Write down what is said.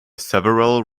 several